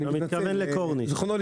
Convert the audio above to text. התכוונתי למפעלים שלו.